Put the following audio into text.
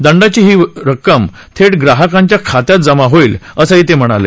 दंडाची ही रक्कम थेट ग्राहकांच्या खात्यात जमा होईल असंही ते म्हणाले